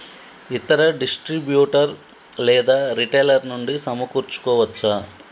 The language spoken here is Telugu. ఇతర డిస్ట్రిబ్యూటర్ లేదా రిటైలర్ నుండి సమకూర్చుకోవచ్చా?